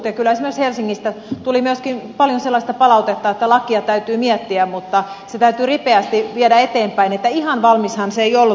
kyllä esimerkiksi helsingistä tuli myöskin paljon sellaista palautetta että lakia täytyy miettiä mutta se täytyy ripeästi viedä eteenpäin että ihan valmishan se ei ollut